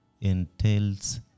entails